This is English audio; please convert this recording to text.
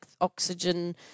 oxygen